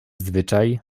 zwyczaj